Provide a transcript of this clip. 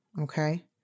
Okay